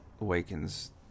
awakens